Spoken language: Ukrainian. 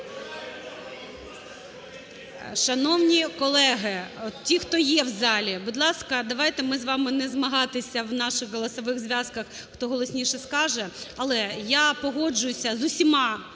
Шановні колеги! Ті, хто є в залі, будь ласка, давайте ми з вами не змагатися в наших голосових зв'язках, хто голосніше скаже. Але я погоджуюся з усіма